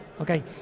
Okay